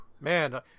man